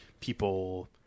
people